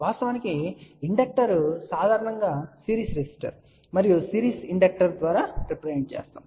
వాస్తవానికి ఇండక్టర్ సాధారణంగా series resistor మరియు సిరీస్ ఇండక్టర్ ద్వారా రిప్రజెంట్ చేస్తాము